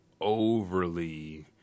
overly